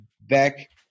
back